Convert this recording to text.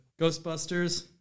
Ghostbusters